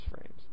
frames